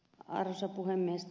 arvoisa puhemies